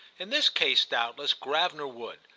in this case doubtless gravener would,